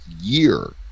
year